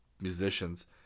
musicians